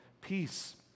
peace